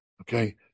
Okay